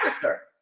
character